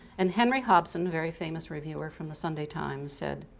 and henry hobson, very famous reviewer from the sunday times said,